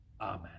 Amen